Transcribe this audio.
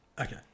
Okay